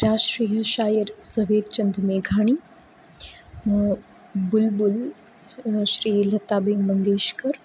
રાષ્ટ્રીય શાયર ઝવેરચંદ મેઘાણી બુલબુલ શ્રી લતાબેન મંગેશકર